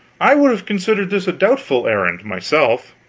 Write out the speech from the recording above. i would have considered this a doubtful errand, myself.